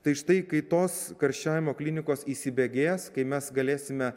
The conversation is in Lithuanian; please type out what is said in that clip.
tai štai kai tos karščiavimo klinikos įsibėgės kai mes galėsime